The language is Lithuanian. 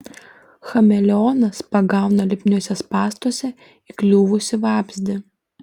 chameleonas pagauna lipniuose spąstuose įkliuvusį vabzdį